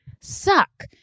suck